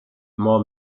more